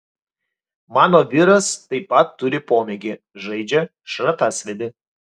mano vyras taip pat turi pomėgį žaidžia šratasvydį